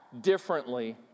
differently